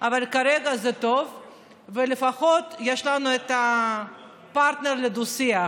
אבל כרגע זה טוב ולפחות יש לנו פרטנר לדו-שיח.